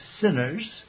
sinners